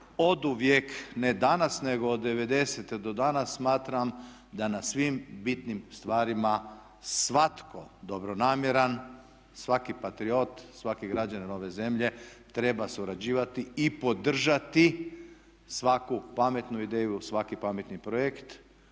oduvijek ne danas nego od devedesete do danas smatram da na svim bitnim stvarima svatko dobronamjeran, svaki patriot, svaki građanin ove zemlje treba surađivati i podržati svaku pametnu ideju, svaki pametni projekt